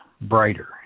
brighter